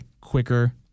quicker